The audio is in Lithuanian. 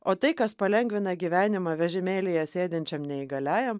o tai kas palengvina gyvenimą vežimėlyje sėdinčiam neįgaliajam